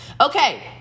Okay